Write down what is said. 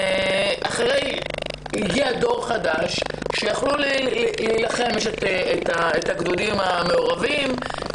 הגיע דור חדש שיכלו להילחם יש את הגדודים המעורבים.